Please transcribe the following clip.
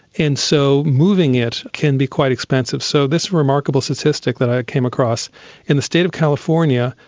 and so moving it can be quite expensive. so this remarkable statistic that i came across in the state of california,